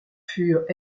furent